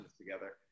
together